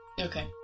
Okay